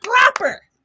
proper